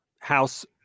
house